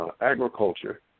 agriculture